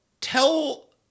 tell